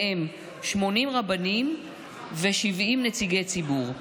ובהם 80 רבנים ו-70 נציגי ציבור.